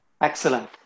Excellent